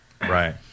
Right